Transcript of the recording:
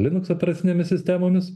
linux operacinėmis sistemomis